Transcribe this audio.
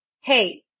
hey